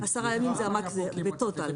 זה הטוטאל.